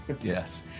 Yes